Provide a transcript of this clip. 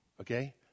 okay